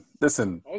Listen